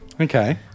Okay